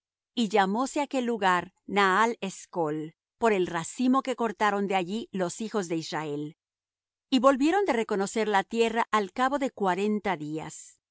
y llamóse aquel lugar nahal escol por el racimo que cortaron de allí los hijos de israel y volvieron de reconocer la tierra al cabo de cuarenta días